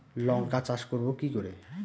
লঙ্কা চাষ করব কি করে?